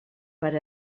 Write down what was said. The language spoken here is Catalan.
per